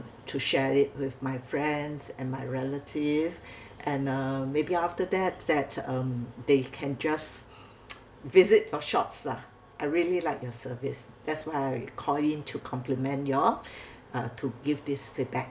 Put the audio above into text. to share it with my friends and my relative and uh maybe after that that um they can just visit your shops lah I really liked the service that's why I call in to compliment y'all and to give this feedback